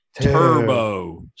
Turbo